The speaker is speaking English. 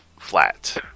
flat